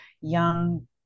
young